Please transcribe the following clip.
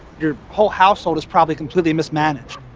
your whole household is probably completely mismanaged.